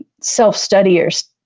self-studiers